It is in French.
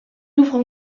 ouvrent